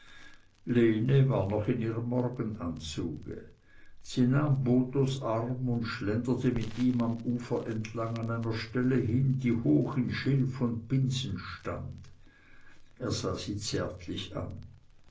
war noch in ihrem morgenanzuge sie nahm bothos arm und schlenderte mit ihm am ufer entlang an einer stelle hin die hoch in schilf und binsen stand er sah sie zärtlich an